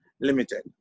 limited